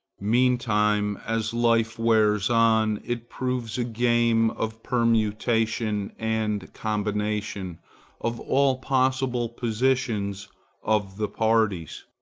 meantime, as life wears on, it proves a game of permutation and combination of all possible positions of the parties,